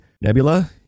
Nebula